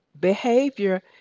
behavior